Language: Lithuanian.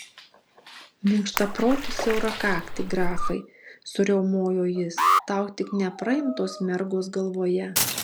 minkštaproti siaurakakti grafai suriaumojo jis tau tik nepraimtos mergos galvoje